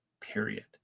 Period